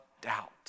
doubt